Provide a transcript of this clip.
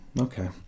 Okay